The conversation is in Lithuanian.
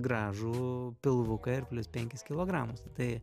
gražų pilvuką ir plius penkis kilogramus tai